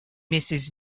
mrs